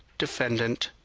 defendant,